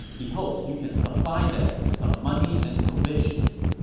he hopes you can supply them with some money and provisions.